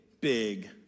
big